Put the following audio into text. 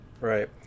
Right